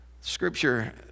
Scripture